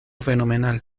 fenomenal